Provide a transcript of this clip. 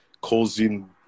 causing